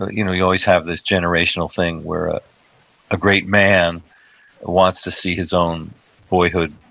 ah you know you always have this generational thing where a great man wants to see his own boyhood,